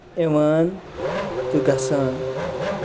یِوان تہٕ گَژھان